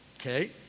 Okay